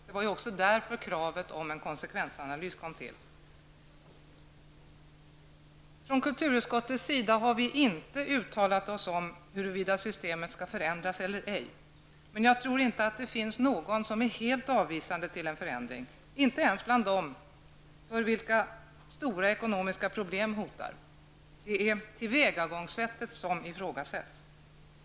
Det var också därför kravet på en konsekvensanalys kom till. Från kulturutskottets sida har vi inte uttalat oss om huruvida systemet skall förändras eller ej, men jag tror inte att det finns någon som är helt avvisande till en förändring -- inte ens bland dem för vilka stora ekonomiska problem hotar. Det är tillvägagångssättet som ifrågasätts.